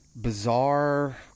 bizarre